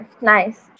nice